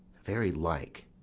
very like,